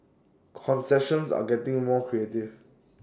concessions are getting more creative